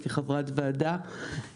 לא מוציאים חוות דעת על תת השקעה בדיור הציבורי,